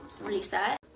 reset